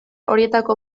horietako